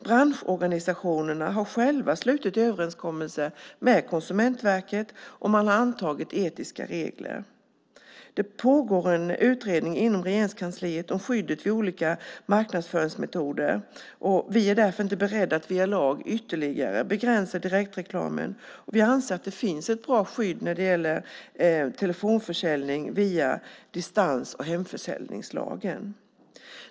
Branschorganisationerna har själva slutit överenskommelser med Konsumentverket, och man har antagit etiska regler. Det pågår en utredning inom Regeringskansliet om skyddet vid olika marknadsföringsmetoder. Vi är därför inte beredda att via lag ytterligare begränsa direktreklamen, och vi anser att det finns ett bra skydd när det gäller telefonförsäljning via distans och hemförsäljningslagen.